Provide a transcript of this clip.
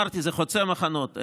אמרתי, זה חוצה מחנות.